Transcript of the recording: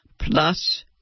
plus